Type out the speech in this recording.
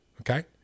Okay